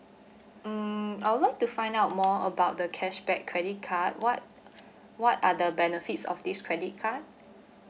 mm I would like to find out more about the cashback credit card what what are the benefits of this credit card